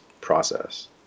process